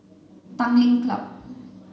Tanglin Club